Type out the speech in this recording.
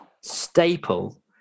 staple